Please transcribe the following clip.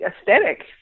aesthetic